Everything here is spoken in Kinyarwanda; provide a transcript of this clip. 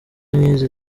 nk’izi